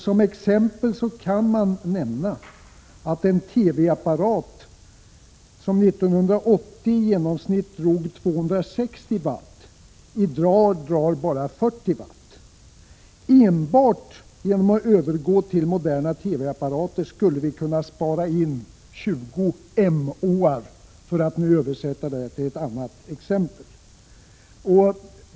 Som exempel kan man nämna att en TV-apparat 1980 i genomsnitt drog 260 W men i dag bara drar 40 W. Enbart genom att övergå till moderna TV-apparater skulle vi kunna spara in 20 Emåar, för att nu översätta till ett annat exempel.